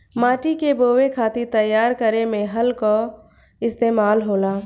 माटी के बोवे खातिर तैयार करे में हल कअ इस्तेमाल होला